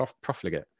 profligate